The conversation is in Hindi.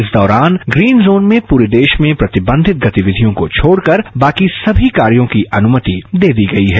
इस दौरान ग्रीन जोन में पूरे देश में प्रतिबंधित गतिविधियों को छोड़कर बाकी सभी कार्यों की अनुमति दे दी गई है